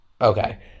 Okay